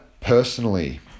personally